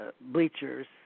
bleachers